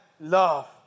love